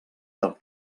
del